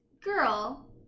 girl